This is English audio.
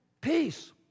peace